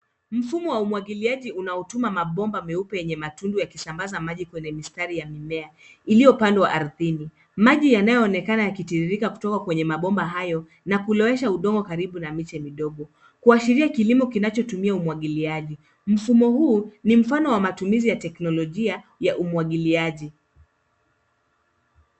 Mfumo wa umwagiliaji unaotumia mabomba nyeupe yenye matundu yakisambaza maji kwenye mistari ya mimea iliyopandwa ardhini. Maji yanayoonekana yakitiririka kutoka kwenye mabomba hayo na kulowesha udongo karibu na miche midogo kuashiria kilimo kinachotumia umwagiliaji. Mfumo huu ni mfano wa matumizi ya teknolojia ya umwagiliaji.